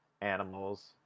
animals